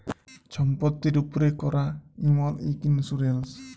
ছম্পত্তির উপ্রে ক্যরা ইমল ইক ইল্সুরেল্স